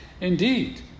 Indeed